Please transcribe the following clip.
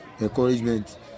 encouragement